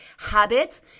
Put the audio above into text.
habit